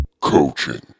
Coaching